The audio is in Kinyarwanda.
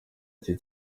icyo